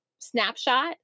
snapshot